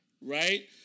right